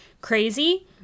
crazy